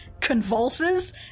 convulses